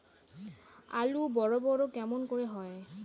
আলু বড় বড় কেমন করে হয়?